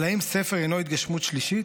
אבל האם ספר אינו התגשמות שלישית,